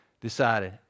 decided